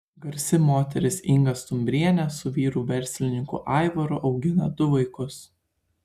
garsi moteris inga stumbrienė su vyru verslininku aivaru augina du vaikus